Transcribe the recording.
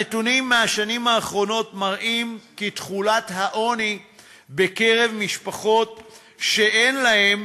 הנתונים מהשנים האחרונות מראים כי תחולת העוני בקרב משפחות שאין להן